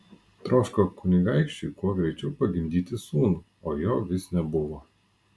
troško kunigaikščiui kuo greičiau pagimdyti sūnų o jo vis nebuvo